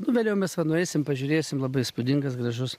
nu vėliau mes va nueisim pažiūrėsim labai įspūdingas gražus